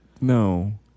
no